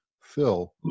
Phil